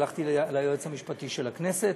הלכתי ליועץ המשפטי של הכנסת,